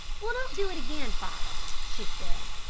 well, don't do it again, father, she said.